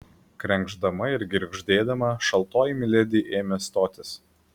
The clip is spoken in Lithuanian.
krenkšdama ir girgždėdama šaltoji miledi ėmė stotis